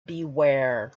beware